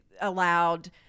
allowed